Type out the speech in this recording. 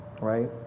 right